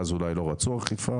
אז אולי לא רצו אכיפה,